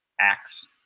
acts